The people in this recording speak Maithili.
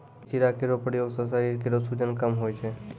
चिंचिड़ा केरो प्रयोग सें शरीर केरो सूजन कम होय छै